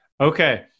Okay